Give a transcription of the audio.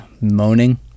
Moaning